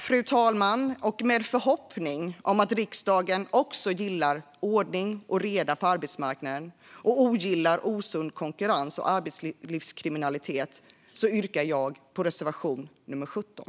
Med detta sagt, och med förhoppning om att riksdagen också gillar ordning och reda på arbetsmarknaden och ogillar osund konkurrens och arbetslivskriminalitet, yrkar jag bifall till reservation 17.